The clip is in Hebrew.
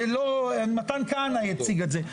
מתן כהנא הציג את זה,